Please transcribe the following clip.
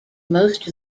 most